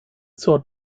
zur